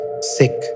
sick